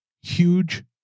huge